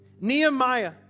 Nehemiah